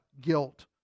guilt